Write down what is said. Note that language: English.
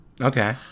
Okay